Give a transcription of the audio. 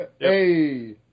hey